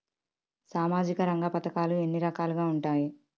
సామాజిక రంగ పథకాలు ఎన్ని రకాలుగా ఉంటాయి?